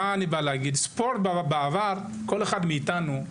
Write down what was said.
בעבר כל אחד מאיתנו,